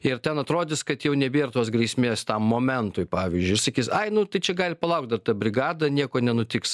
ir ten atrodys kad jau nebėr tos grėsmės tam momentui pavyzdžiui sakys ai nu tai čia gali palaukt dar ta brigada nieko nenutiks